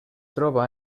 troba